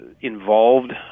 involved